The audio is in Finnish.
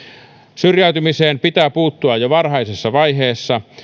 syrjäytymiseen pitää puuttua jo varhaisessa vaiheessa